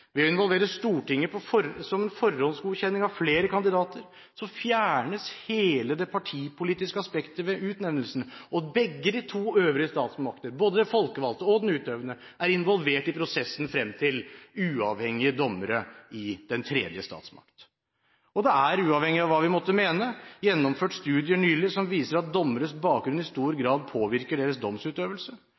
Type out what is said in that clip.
Ved å involvere Stortinget, som en forhåndsgodkjenning av flere kandidater, fjernes hele det partipolitiske aspektet ved utnevnelsene, og begge de to øvrige statsmaktene, både den folkevalgte og den utøvende, er involvert i prosessen frem mot uavhengige dommere i den tredje statsmakt. Det er – uavhengig av hva vi måtte mene – nylig gjennomført studier som viser at dommeres bakgrunn i stor grad påvirker deres domsutøvelse.